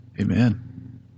Amen